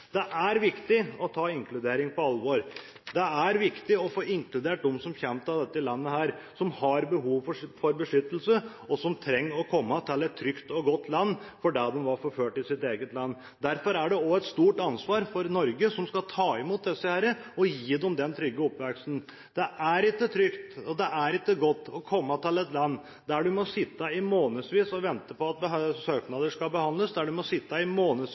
Det er viktig å ta inkludering på alvor. Det er viktig å få inkludert dem som kommer til dette landet, som har behov for beskyttelse, og som trenger å komme til et trygt og godt land fordi de var forfulgt i sitt eget land. Derfor er det også et stort ansvar for Norge, som skal ta imot disse, å gi dem denne trygge oppveksten. Det er ikke trygt, og det er ikke godt å komme til et land der man må sitte i månedsvis og vente på at søknader skal behandles, der man må sitte i